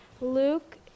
Luke